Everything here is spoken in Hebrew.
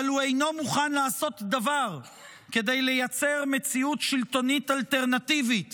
אבל הוא אינו מוכן לעשות דבר כדי לייצר מציאות שלטונית אלטרנטיבית